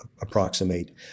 approximate